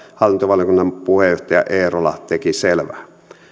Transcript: hallintovaliokunnan puheenjohtaja eerola teki selväksi